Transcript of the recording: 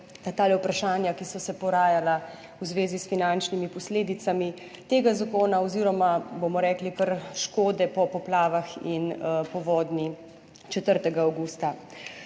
ta vprašanja, ki so se porajala v zvezi s finančnimi posledicami tega zakona oziroma, bomo rekli kar, škode po poplavah in povodji 4. avgusta.